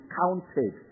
counted